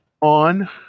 on